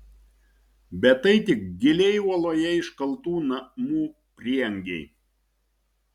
bet tai tik giliai uoloje iškaltų namų prieangiai